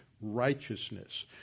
righteousness